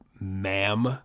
ma'am